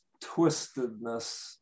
twistedness